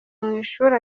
mw’ishuri